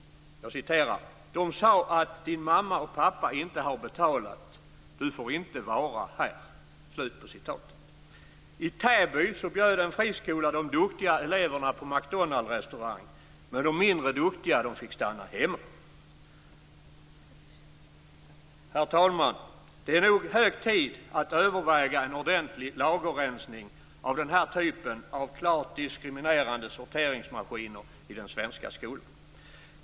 Jag citerar: "De sa att din mamma och pappa inte har betalat. Du får inte vara här." McDonaldsrestaurang, men de mindre duktiga fick stanna hemma. Herr talman! Det är nog hög tid att överväga en ordentlig lagerrensning av den här typen av klart diskriminerande sorteringsmaskiner i den svenska skolan.